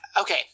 okay